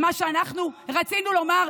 מה שאנחנו רצינו לומר,